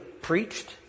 Preached